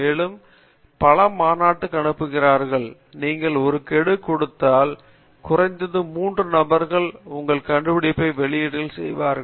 மேலும் பல மாநாட்டிற்கு அனுப்புகிறார்கள் நீங்கள் ஒரு கெடு கொடுத்தால் குறைந்தது மூன்று நபர்கள் தங்கள் கண்டுபிடிப்பை வெளியீடு செய்வார்கள்